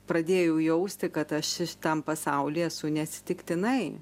pradėjau jausti kad aš šitam pasauly esu ne atsitiktinai